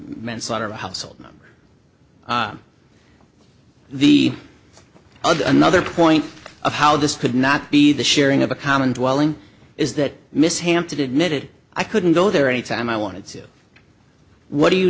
manslaughter household the other another point of how this could not be the sharing of a common dwelling is that miss hampton admitted i couldn't go there anytime i wanted too what do you